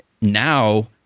now